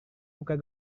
buka